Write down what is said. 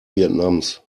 vietnams